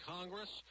Congress